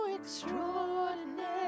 extraordinary